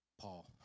Paul